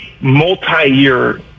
multi-year